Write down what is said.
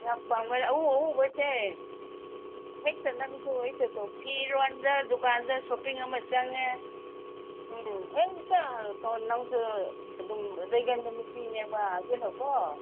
ꯌꯥꯝ ꯑꯎ ꯑꯎꯕꯁꯦ ꯍꯦꯛꯇ ꯅꯪꯁꯨ ꯍꯦꯛꯇ ꯐꯤꯔꯣꯅꯗ ꯗꯨꯀꯥꯟꯗ ꯁꯣꯄꯤꯡ ꯑꯃ ꯆꯪꯉꯦ ꯎꯝ ꯍꯦꯛꯇ ꯅꯪꯁꯨ ꯑꯗꯨꯝ ꯂꯩꯒꯟꯕ ꯅꯨꯄꯤꯅꯦꯕ ꯑꯗꯨꯅꯀꯣ